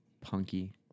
punky